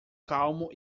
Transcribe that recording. calmo